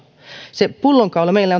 se pullonkaula meillä